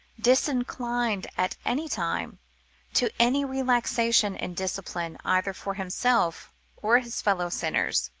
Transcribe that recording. disinclined at any time to any relaxation in discipline either for himself or his fellow-sinners